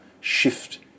shift